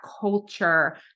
culture